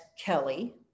Kelly